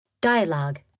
Dialogue